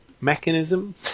mechanism